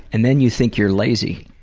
and then you think you're lazy.